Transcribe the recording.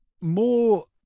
more